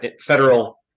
federal